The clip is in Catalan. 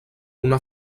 una